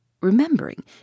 Remembering